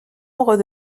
membre